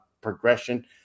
progression